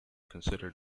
considered